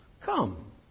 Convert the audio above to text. Come